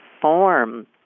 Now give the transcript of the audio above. form